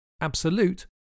Absolute